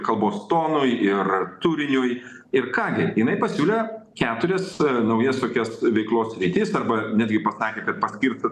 kalbos tonui ir turiniui ir ką gi jinai pasiūlė keturis naujas tokias veiklos sritis arba netgi pasakė kad paskirtų